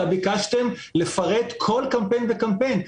אתם ביקשתם לפרט כל קמפיין וקמפיין,